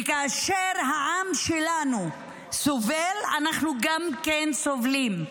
וכאשר העם שלנו סובל, אנחנו גם כן סובלים,